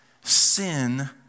sin